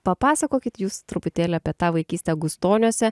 papasakokit jūs truputėlį apie tą vaikystę gustoniuose